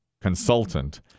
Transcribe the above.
consultant